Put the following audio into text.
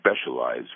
specialize